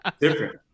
Different